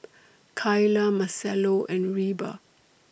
Kaila Marcelo and Reba